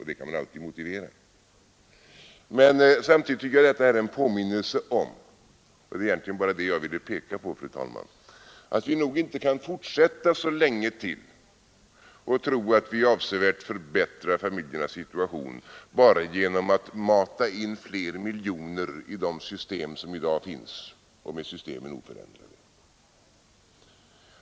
Det kan man alltså motivera, men samtidigt tycker jag att detta måste vara en påminnelse om — och det är egentligen det jag vill peka på, fru talman — att vi nog inte kan fortsätta så länge till och tro att vi avsevärt förbättrar familjernas situation bara genom att mata in fler miljoner i de system som i dag finns med systemen oförändrade.